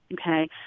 Okay